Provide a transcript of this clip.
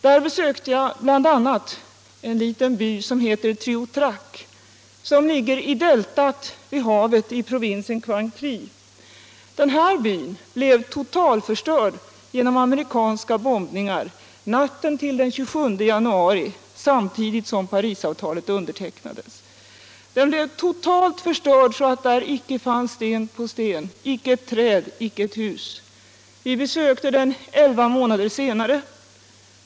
Där besökte jag bl.a. en liten by som heter Trieu Trach som ligger i deltat vid havet i provinsen Quang Tri. Den byn blev totalförstörd genom amerikanska bombningar natten till den 27 januari, samtidigt som Parisavtalet undertecknades. Den blev så förstörd att där icke fanns sten på sten, icke ett träd, icke ett hus. Vi besökte den elva månader senare.